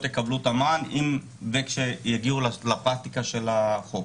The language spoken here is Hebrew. יקבלו את המען אם וכשיגיעו לפרקטיקה של החוק.